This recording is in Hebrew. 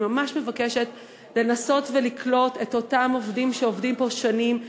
אני ממש מבקשת לנסות ולקלוט את אותם עובדים שעובדים פה שנים,